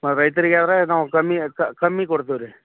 ಮತ್ತು ರೈತ್ರಿಗಾದ್ರ ನಾವು ಕಮ್ಮಿ ಕಮ್ಮಿ ಕೊಡ್ತೀವಿ ರೀ